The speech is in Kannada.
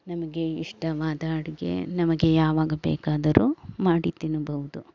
ನಮಗೆ ಇಷ್ಟವಾದ ಅಡುಗೆ ನಮಗೆ ಯಾವಾಗ ಬೇಕಾದರೂ ಮಾಡಿ ತಿನಬೌದು